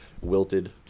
Wilted